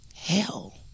Hell